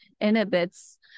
inhibits